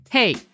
Hey